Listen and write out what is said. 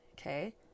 Okay